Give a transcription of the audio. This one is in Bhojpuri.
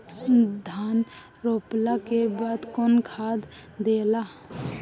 धान रोपला के बाद कौन खाद दियाला?